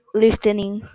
listening